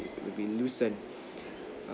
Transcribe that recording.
will be loosen